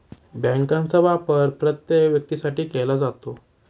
बँकांचा वापर प्रत्येक व्यक्तीसाठी केला जातो